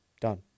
Done